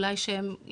אולי יש מגוון,